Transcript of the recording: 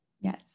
Yes